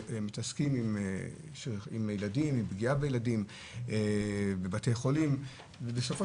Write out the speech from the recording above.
שמתעסקים עם ילדים ועם פגיעה בילדים ובתי חולים ובסופו